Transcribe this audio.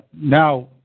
now